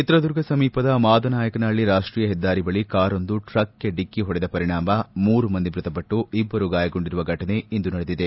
ಚಿತ್ರದುರ್ಗ ಸಮೀಪದ ಮಾದನಾಯಕನಹಳ್ಳಿ ರಾಷ್ಷೀಯ ಹೆದ್ದಾರಿ ಬಳಿ ಕಾರೊಂದು ಟ್ರಕ್ಗೆ ಡಿಕ್ಕಿ ಹೊಡೆದ ಪರಿಣಾಮ ಮೂರು ಮಂದಿ ಮೃತಪಟ್ನು ಇಬ್ಲರು ಗಾಯಗೊಂಡಿರುವ ಘಟನೆ ಇಂದು ನಡೆದಿದೆ